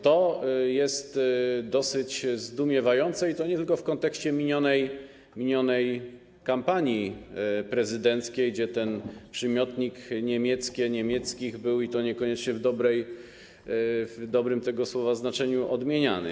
To jest dosyć zdumiewające, i to nie tylko w kontekście minionej kampanii prezydenckiej, gdzie ten przymiotnik „niemieckie”, „niemieckich” był, i to niekoniecznie w dobrym tego słowa znaczeniu, odmieniany.